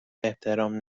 احترام